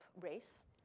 race